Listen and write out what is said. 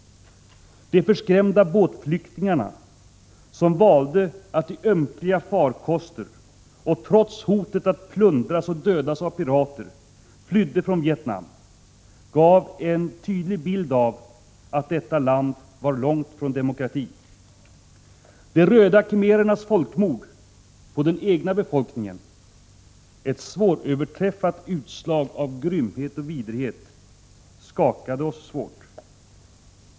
De förskrämda båtflyktingarna, som valde att i ömkliga farkoster och trots hotet att plundras och dödas av pirater flydde från Vietnam, gav en tydlig bild av att detta land var långt från demokrati. De röda khmerernas folkmord på den egna befolkningen — ett svåröverträffat utslag av grymhet och vidrighet — skakade oss svårt.